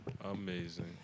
Amazing